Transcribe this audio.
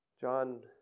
John